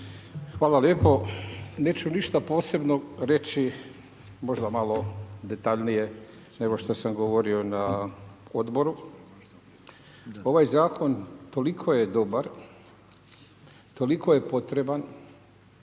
Hvala lijepo. Neću ništa posebno reći, možda malo detaljnije nego što sam govorio na Odboru. Ovaj Zakon toliko je dobar, toliko je potreban,